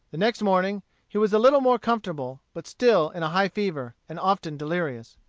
the next morning he was a little more comfortable, but still in a high fever, and often delirious.